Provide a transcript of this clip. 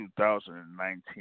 2019